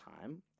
time